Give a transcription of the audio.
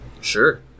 Sure